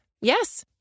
Yes